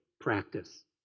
practice